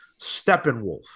Steppenwolf